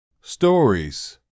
Stories